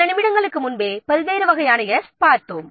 சில நிமிடங்களுக்கு முன்பு பல்வேறு வகையான 's' களை பார்த்தோம்